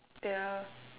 yeah